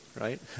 right